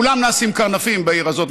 כולם נעשים קרנפים בעיר הזאת.